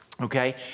Okay